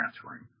transferring